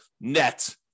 net